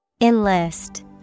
Enlist